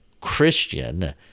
Christian